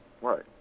Right